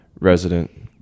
resident